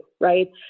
right